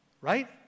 right